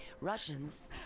Russians